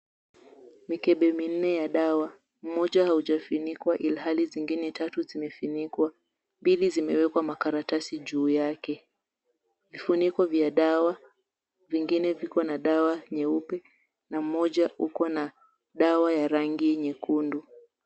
Mikebe minne ya dawa mmoja haujafinikwa ilhali zengine tatu zimefunikwa. Mbili zimewekwa makaratasi juu yake. Vifuniko vya dawa, vingine viko na dawa nyeupe na mmoja uko na dawa ya rangi nyekundu.